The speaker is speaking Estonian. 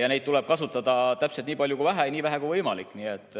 ja neid tuleb kasutada täpselt nii palju kui vaja ja nii vähe kui võimalik.